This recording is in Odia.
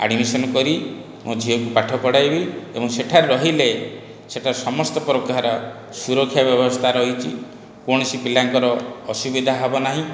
ଆଡ଼ମିସନ୍ କରି ମୋ ଝିଅକୁ ପାଠ ପଢ଼ାଇବି ଏବଂ ସେଠାରେ ରହିଲେ ସେଠା ସମସ୍ତ ପ୍ରକାର ସୁରକ୍ଷା ବ୍ୟବସ୍ଥା ରହିଛି କୌଣସି ପିଲାଙ୍କର ଅସୁବିଧା ହେବ ନାହିଁ